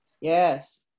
Yes